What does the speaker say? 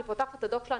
אני פותחת את הדוח שלה,